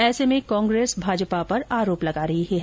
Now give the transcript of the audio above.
ऐसे में कांग्रेस भाजपा पर आरोप लगा रही है